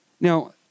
Now